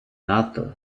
нато